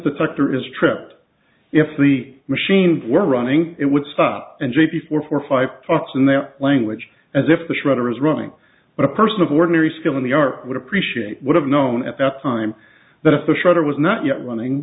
detector is tripped if the machine were running it would stop and j p four four five talks in their language as if the shredder is running but a person of ordinary skill in the art would appreciate would have known at that time that if the shutter was not yet running